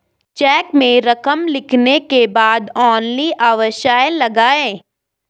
check में रकम लिखने के बाद ओन्ली अवश्य लगाएँ